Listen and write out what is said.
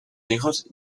hijos